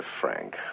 frank